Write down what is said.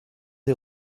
des